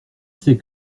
sais